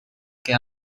que